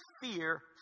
fear